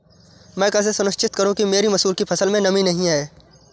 मैं कैसे सुनिश्चित करूँ कि मेरी मसूर की फसल में नमी नहीं है?